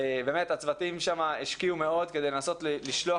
באמת הצוותים שם השקיעו מאוד כדי לנסות לשלוח